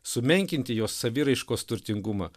sumenkinti jos saviraiškos turtingumą